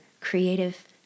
creative